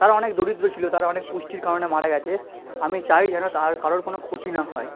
তারা অনেক দরিদ্র ছিল তারা অনেক পুষ্টির কারণে মারা গেছে আমি চাই যেন তা আর কারোর কোনো ক্ষতি না হয়